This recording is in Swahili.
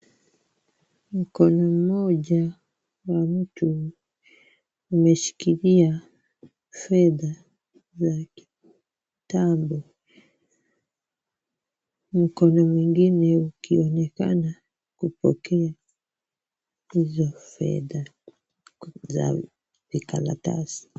Mkono mmoja wa mtu umeshikilia fedha za kitambo. Mkono mwingine ukionekana kupokea hizo fedha za vikaratasi.